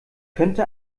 könnte